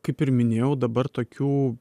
kaip ir minėjau dabar tokių